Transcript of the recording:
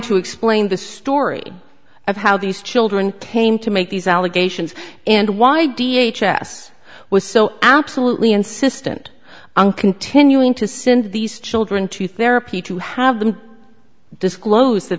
to explain the story of how these children came to make these allegations and why d h s s was so absolutely insistent on continuing to send these children to therapy to have them disclose that